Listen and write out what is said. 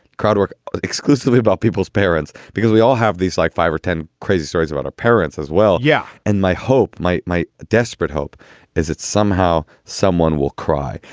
crowd work exclusively about people's parents because we all have these like five or ten crazy stories about our parents as well. yeah. and my hope my my desperate hope is that somehow someone will cry.